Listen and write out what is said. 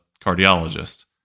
cardiologist